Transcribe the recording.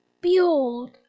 Behold